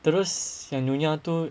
terus yang nyonya tu